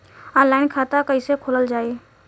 Online खाता कईसे खोलल जाई?